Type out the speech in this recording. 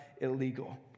illegal